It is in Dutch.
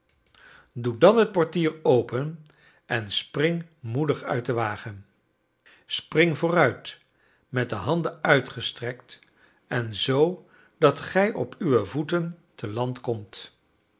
doe dan het portier open en spring moedig uit den wagen spring vooruit met de handen uitgestrekt en z dat gij op uwe voeten te land komt